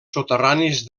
soterranis